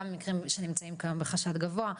גם מקרים שנמצאים בחשד גבוה,